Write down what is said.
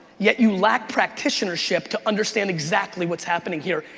yet you lack practitionership to understand exactly what's happening here.